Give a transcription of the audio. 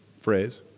phrase